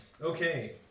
Okay